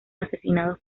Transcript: asesinados